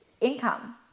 income